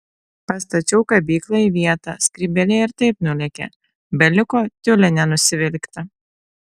pastačiau kabyklą į vietą skrybėlė ir taip nulėkė beliko tiulinę nusivilkti